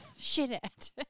Shithead